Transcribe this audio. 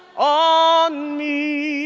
on me!